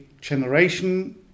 generation